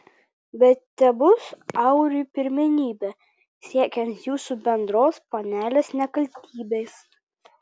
bet tebus auriui pirmenybė siekiant jūsų bendros panelės nekaltybės